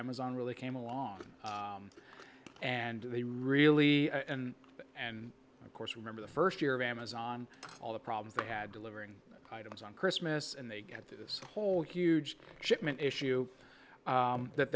amazon really came along and they really and of course remember the first year of amazon all the problems they had delivering items on christmas and they get this whole huge shipment issue that